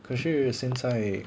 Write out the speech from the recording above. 可是现在